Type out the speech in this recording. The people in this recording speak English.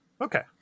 okay